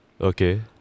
Okay